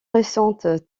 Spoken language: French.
récentes